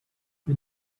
the